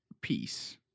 peace